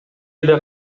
эле